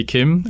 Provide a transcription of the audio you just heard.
Kim